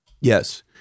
Yes